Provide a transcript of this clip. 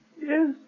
Yes